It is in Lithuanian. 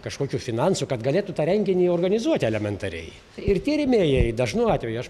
kažkokių finansų kad galėtų tą renginį organizuoti elementariai ir tie rėmėjai dažnu atveju aš